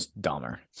dumber